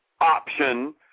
option